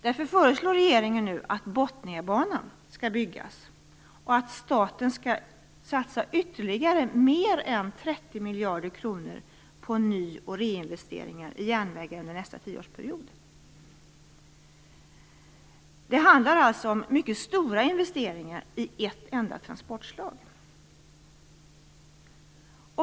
Därför föreslår regeringen nu att Botniabanan byggs och att staten skall satsa ytterligare, mer än 30 miljarder kronor, på ny och reinvesteringar i järnväg under nästa tioårsperiod. Det handlar alltså om mycket stora investeringar i ett enda transportslag.